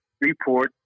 report